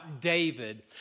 David